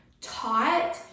taught